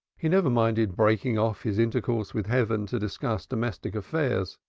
he never minded breaking off his intercourse with heaven to discuss domestic affairs,